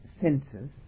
senses